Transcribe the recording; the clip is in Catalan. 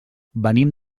venim